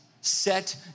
set